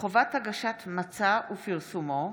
חובת הגשת מצע ופרסומו),